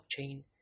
Blockchain